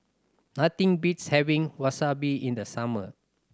nothing beats having Wasabi in the summer